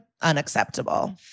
unacceptable